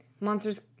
Monsters